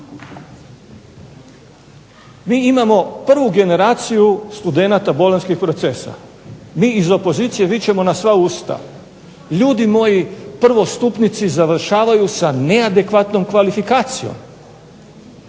Mi imamo prvu generaciju studenata bolonjskih procesa, mi iz opozicije vičemo na sva usta, ljudi moji prvostupnici završavaju sa neadekvatnom kvalifikacijom,